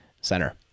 center